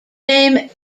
name